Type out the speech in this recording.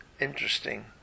interesting